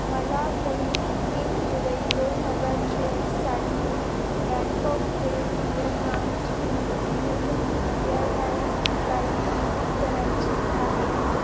मला पुढील तीन जुलै दोन हजार चोवीससाठी बँकॉक ते विएन्नाची युलिंग एअरलाइन्स फ्लाइट बुक करायची आहे